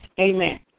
Amen